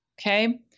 Okay